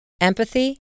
empathy